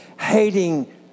hating